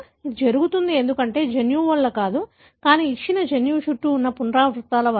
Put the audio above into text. ఇది జరుగుతుంది ఎందుకంటే జన్యువు వల్ల కాదు కానీ ఇచ్చిన జన్యువు చుట్టూ ఉన్న పునరావృతాల వల్ల